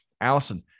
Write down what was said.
allison